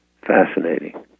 Fascinating